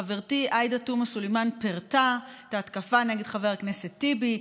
חברתי עאידה תומא סלימאן פירטה על ההתקפה נגד חבר הכנסת טיבי,